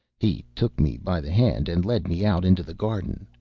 he took me by the hand, and led me out into the garden.